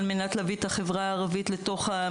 על מנת להביא את החברה הערבית למרכז,